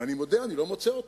ואני מודה, אני לא מוצא אותו.